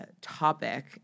topic